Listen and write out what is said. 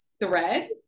thread